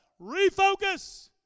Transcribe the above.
Refocus